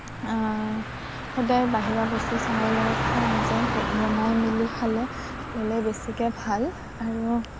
সদায় বাহিৰা বস্তু চাহৰ লগত খোৱা নাযায় বনাই মেলি খালে বেছিকৈ ভাল আৰু